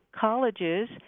colleges